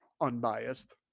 unbiased